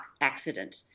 accident